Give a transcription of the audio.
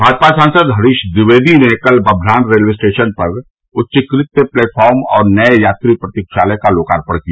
भाजपा सांसद हरीश द्विवेदी ने कल बभनान रेलवे स्टेशन पर उच्चीकृत प्लेटफार्म और नये यात्री प्रतीक्षालय का लोकार्पण किया